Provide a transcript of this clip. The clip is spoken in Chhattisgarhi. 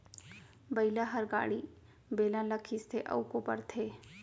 बइला हर गाड़ी, बेलन ल खींचथे अउ कोपरथे